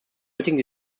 heutigen